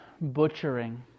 butchering